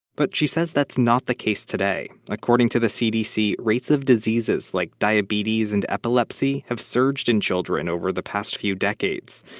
but she said that's not the case today. according to the cdc, rates of diseases like diabetes and epilepsy have surged in children over the past few decades.